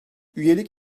üyelik